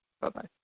Bye-bye